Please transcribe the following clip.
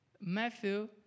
Matthew